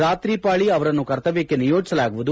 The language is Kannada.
ರಾತ್ರಿ ಪಾಳಿ ಅವರನ್ನು ಕರ್ತವ್ಯಕ್ಷ ನಿಯೋಜಿಸಲಾಗುವುದು